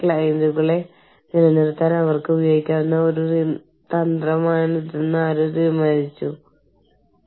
കൂടാതെ ഇന്ത്യ അല്ലെങ്കിൽ യുഎസ് അല്ലെങ്കിൽ കാനഡ പോലുള്ള വലിയ രാജ്യങ്ങളുമായി താരതമ്യപ്പെടുത്തുമ്പോൾ ഇവിടുത്തെ രാജ്യങ്ങൾ ചെറുതാണ്